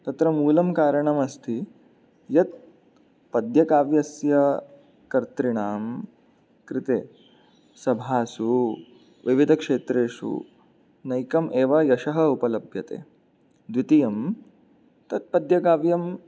तत्र मूलं कारणम् अस्ति यत् पद्यकाव्यस्य कर्तॄणां कृते सभासु विविधक्षेत्रेषु नैकम् एव यशः उपलभ्यते द्वितीयं तत् पद्यकाव्यं